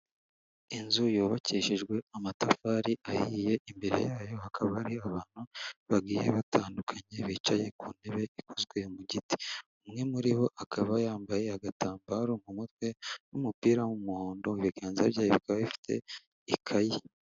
Inzu yubakishijwe amatafari ahiye, imbere yayo hakaba hari abantu bagiye batandukanye, bicaye ku ntebe ikozwe mu giti, umwe muri bo akaba yambaye agatambaro mu mutwe n'umupira w'umuhondo, ibiganza bye bikaba bifite ikayi.